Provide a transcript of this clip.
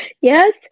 Yes